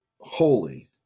holy